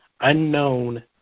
unknown